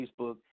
Facebook